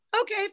okay